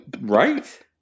right